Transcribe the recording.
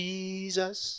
Jesus